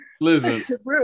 Listen